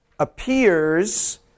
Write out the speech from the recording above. appears